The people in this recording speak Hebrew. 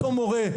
אותו מורה,